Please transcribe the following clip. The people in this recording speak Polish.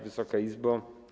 Wysoka Izbo!